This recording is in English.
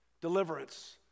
Deliverance